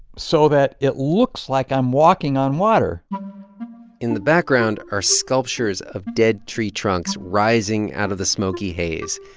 so that it looks like i'm walking on water in the background are sculptures of dead tree trunks rising out of the smoky haze.